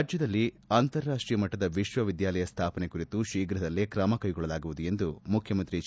ರಾಜ್ಯದಲ್ಲಿ ಅಂತಾರಾಷ್ಷೀಯ ಮಟ್ಟದ ವಿಶ್ವವಿದ್ವಾಲಯ ಸ್ವಾಪನೆ ಕುರಿತು ಶೀಘ್ರದಲ್ಲೇ ಕ್ರಮ ಕೈಗೊಳ್ಳಲಾಗುವುದು ಎಂದು ಮುಖ್ಯಮಂತ್ರಿ ಎಚ್